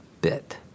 bit